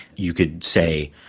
you could say,